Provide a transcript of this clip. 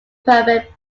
perfect